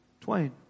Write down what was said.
twain